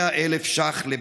100,000 שקלים לבית,